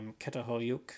Ketahoyuk